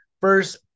first